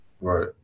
right